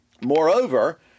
Moreover